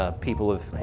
ah people have,